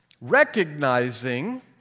recognizing